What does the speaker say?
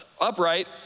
upright